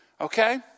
Okay